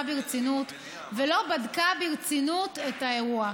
ברצינות ולא בדקה ברצינות את האירוע,